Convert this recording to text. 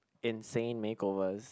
insane makeovers